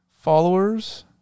Followers